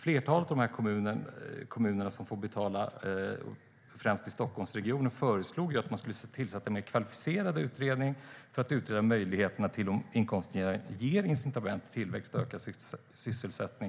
Flertalet av de kommuner som får betala, främst i Stockholmsregionen, föreslog att det skulle tillsättas en mer kvalificerad utredning för att utreda möjligheterna till en inkomstutjämning som ger incitament till tillväxt och ökad sysselsättning.